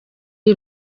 iri